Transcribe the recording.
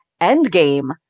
Endgame